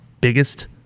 biggest